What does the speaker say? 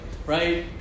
Right